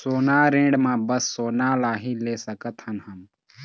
सोना ऋण मा बस सोना ला ही ले सकत हन हम?